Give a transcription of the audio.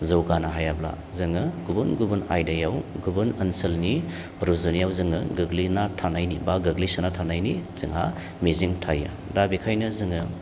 जौगानो हायाब्ला जोङो गुबुन गुबुन आयदायाव गुबुन ओनसोलनि रुजुनायाव जोङो गोग्लैना थानायनि बा गोग्लैसोना थानायनि जोंहा मिजिं थायो दा बेखायनो जोङो